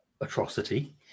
atrocity